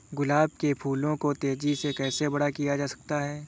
गुलाब के फूलों को तेजी से कैसे बड़ा किया जा सकता है?